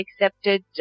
accepted